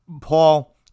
Paul